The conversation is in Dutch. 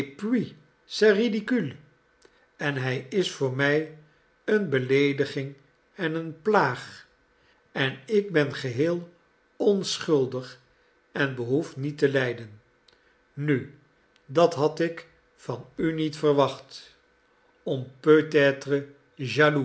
ridicule en hij is voor mij een beleediging en een plaag en ik ben geheel onschuldig en behoef niet te lijden nu dat had ik van u niet verwacht